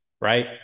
right